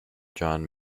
john